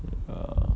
err